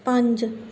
ਪੰਜ